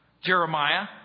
Jeremiah